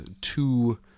Two